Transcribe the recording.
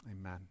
amen